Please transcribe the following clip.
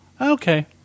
okay